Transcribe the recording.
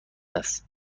است